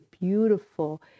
beautiful